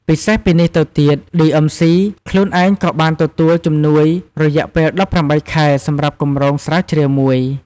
ពិសេសពីនេះទៅទៀត ឌីអឹមស៊ី (DMC) ខ្លួនឯងក៏បានទទួល ជំនួយរយៈពេល ១៨ ខែ សម្រាប់គម្រោងស្រាវជ្រាវមួយ។